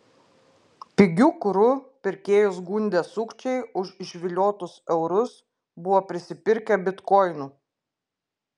pigiu kuru pirkėjus gundę sukčiai už išviliotus eurus buvo prisipirkę bitkoinų